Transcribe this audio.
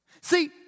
See